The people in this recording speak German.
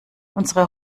unsere